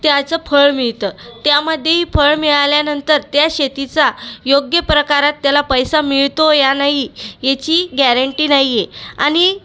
त्याचं फळ मिळतं त्यामध्ये फळ मिळाल्यानंतर त्या शेतीचा योग्य प्रकारात त्याला पैसा मिळतो या नाही याची गॅरंटी नाही आहे आणि